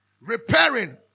repairing